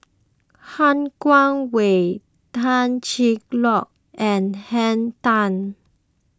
Han Guangwei Tan Cheng Lock and Henn Tan